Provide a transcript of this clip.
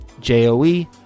J-O-E